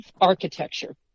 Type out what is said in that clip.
architecture